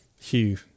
Hugh